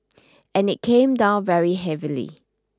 and it came down very heavily